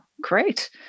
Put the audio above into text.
Great